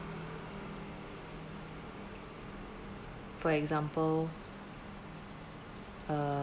for example err